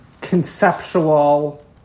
conceptual